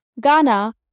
Ghana